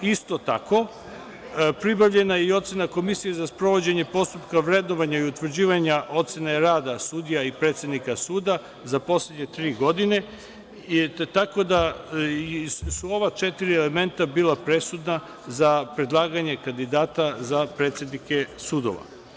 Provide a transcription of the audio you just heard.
Isto tako, pribavljena je i ocena Komisije za sprovođenje postupka vrednovanja i utvrđivanja ocene rada sudija i predsednika suda za poslednje tri godine, tako da su ova četiri elementa bila presudna za predlaganje kandidata za predsednike sudova.